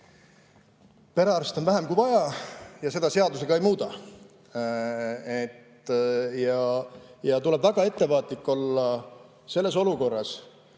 Perearste on vähem kui vaja ja seda seadusega ei muuda. Tuleb väga ettevaatlik olla selles olukorras,